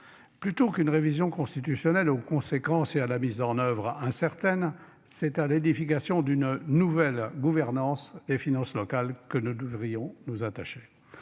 Plutôt qu'une révision constitutionnelle et aux conséquences et à la mise en oeuvre incertaine. C'est à l'édification d'une nouvelle gouvernance et finances locales que nous devrions nous attacher.